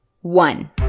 one